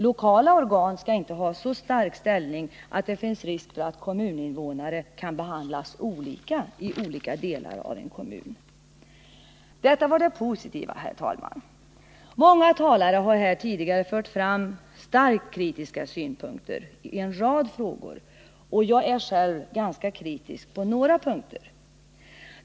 Lokala organ skall inte ha så stark ställning att det finns risk för att kommuninvånare i olika delar av en kommun kan behandlas olika. Detta var det positiva, herr talman. Många talare har här tidigare fört fram starkt kritiska synpunkter i en rad frågor, och jag är själv ganska kritisk på några punkter.